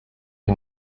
her